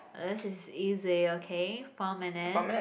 this is easy okay four minute